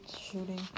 shooting